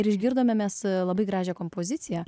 ir išgirdome mes labai gražią kompoziciją